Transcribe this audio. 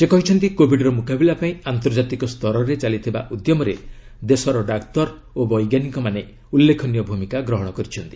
ସେ କହିଛନ୍ତି କୋବିଡର ମୁକାବିଲା ପାଇଁ ଆନ୍ତର୍ଜାତିକ ସ୍ତରରେ ଚାଲିଥିବା ଉଦ୍ୟମରେ ଦେଶର ଡାକ୍ତର ଓ ବୈଜ୍ଞାନିକମାନେ ଉଲ୍ଲେଖନୀୟ ଭୂମିକା ଗ୍ରହଣ କରିଛନ୍ତି